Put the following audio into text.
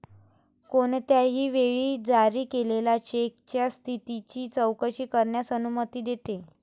कोणत्याही वेळी जारी केलेल्या चेकच्या स्थितीची चौकशी करण्यास अनुमती देते